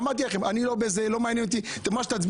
אמרתי לכם שאותי לא מעניין מה שתצביעו,